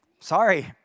Sorry